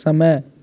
समय